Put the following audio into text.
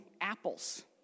apples